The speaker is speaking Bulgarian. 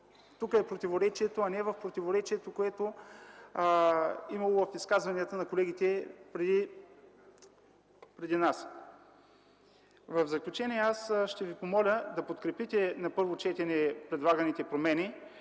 тук е противоречието, а не в противоречието, което има в изказванията на колегите преди нас. В заключение аз ще Ви помоля да подкрепите на първо четене предлаганите промени,